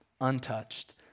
untouched